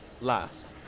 last